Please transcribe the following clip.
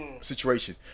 situation